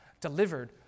delivered